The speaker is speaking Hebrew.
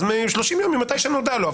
אז 30 יום ממתי שנודע לו,